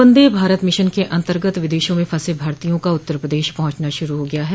वन्दे भारत मिशन के अंतर्गत विदेशों में फंसे भारतीयों का उत्तर प्रदेश पहुंचना शुरू हो गया है